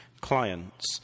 clients